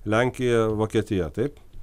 lenkija vokietija taip